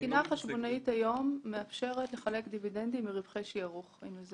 התקינה החשבונאית היום מאפשרת לחלק דיבידנדים מרווחי שערוך.